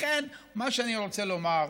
לכן, מה שאני רוצה לומר,